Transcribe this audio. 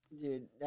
Dude